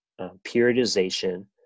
periodization